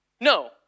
No